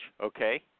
okay